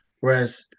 whereas